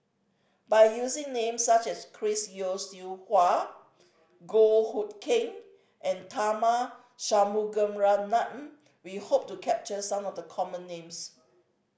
by using names such as Chris Yeo Siew Hua Goh Hood Keng and Tharman Shanmugaratnam we hope to capture some of the common names